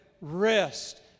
rest